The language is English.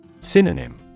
Synonym